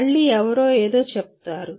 మళ్ళీ ఎవరు ఏదో చెప్పారు